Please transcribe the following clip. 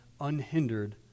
unhindered